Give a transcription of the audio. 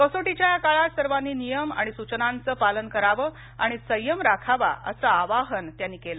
कसोटीच्या या काळात सर्वांनी नियम आणि सूचनांचं पालन करावं आणि संयम राखावा असं आवाहन त्यांनी केलं